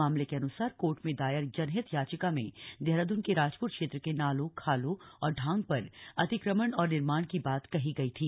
मामले के अनुसार कोर्ट में दायर जनहित याचिका में देहरादून के राजपुर क्षेत्र के नालों खालों और ढांग पर अतिक्रमण और निर्माण की बात कही गई थी